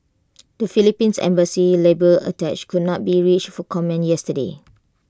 the Philippine's embassy labour attache could not be reached for comment yesterday